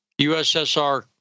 USSR